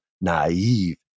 naive